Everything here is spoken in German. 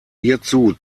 hierzu